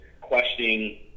questioning